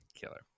killer